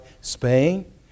Spain